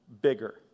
bigger